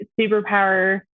superpower